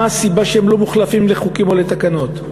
מה הסיבה שהם לא מוחלפים לחוקים או לתקנות.